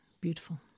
Beautiful